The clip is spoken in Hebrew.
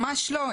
ממש לא.